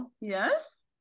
yes